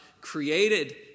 created